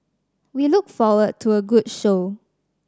we look forward to a good show